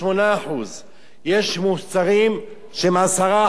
יש מוצרים עם 10% ו-12%.